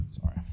Sorry